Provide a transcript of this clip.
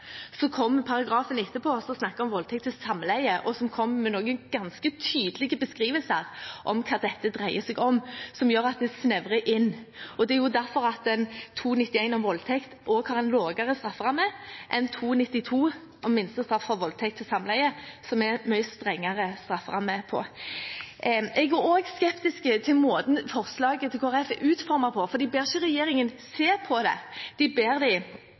Så kommer paragrafen etterpå og snakker om «voldtekt til samleie» og kommer med noen ganske tydelige beskrivelser av hva dette dreier seg om, som gjør at det snevres inn. Det er også derfor § 291, om voldtekt, har en lavere strafferamme enn § 292, om minstestraff for voldtekt til samleie mv., som har en mye strengere strafferamme. Jeg er også skeptisk til måten forslaget fra Kristelig Folkeparti er utformet på, for de ber ikke regjeringen se på det, de ber